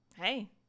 hey